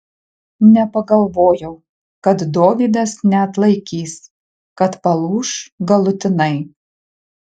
nepagalvojau kad dovydas neatlaikys kad palūš galutinai